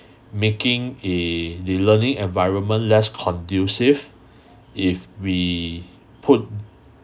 making a the learning environment less conducive if we put